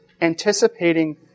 anticipating